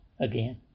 again